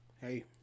hey